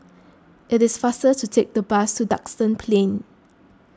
it is faster to take the bus to Duxton Plain